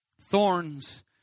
Thorns